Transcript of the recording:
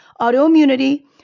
autoimmunity